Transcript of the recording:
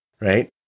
right